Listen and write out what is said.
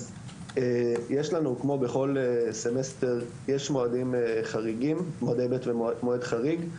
יש לנו כמו בכל סמסטר, יש מועדי ב' ומועד חריג.